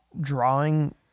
drawing